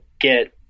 get